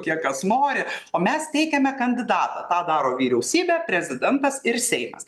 kiek kas nori o mes teikiame kandidatą tą daro vyriausybė prezidentas ir seimas